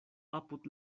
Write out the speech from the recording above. apud